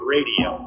Radio